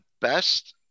best